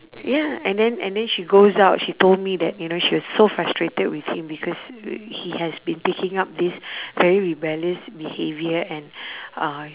ya and then and then she goes out she told me that you know she was so frustrated with him because he has been picking up this very rebellious behaviour and uh